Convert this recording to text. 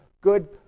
good